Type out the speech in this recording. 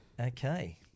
Okay